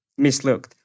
mislooked